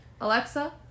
Alexa